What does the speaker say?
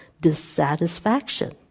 dissatisfaction